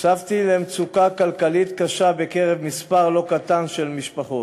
נחשפתי למצוקה כלכלית קשה בקרב מספר לא קטן של משפחות.